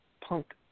punk